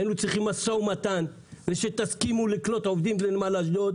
היינו צריכים משא ומתן כדי שתסכימו לקלוט עובדים בנמל אשדוד,